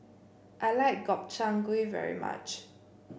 I like Gobchang Gui very much